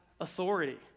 authority